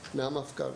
מהמפכ"ל.